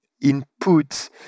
input